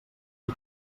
qui